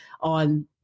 on